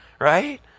right